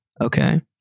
Okay